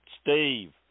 Steve